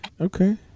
okay